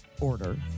order